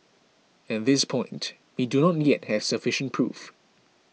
at this point we do not yet have sufficient proof